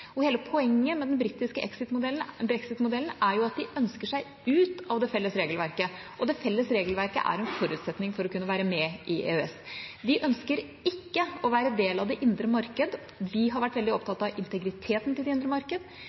Hele poenget med den britiske brexit-modellen er jo at de ønsker seg ut av det felles regelverket, og det felles regelverket er en forutsetning for å kunne være med i EØS. De ønsker ikke å være del av det indre marked; vi har vært veldig opptatt av integriteten til det indre marked.